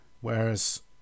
Whereas